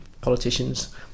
politicians